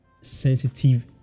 sensitive